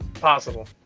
possible